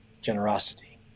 generosity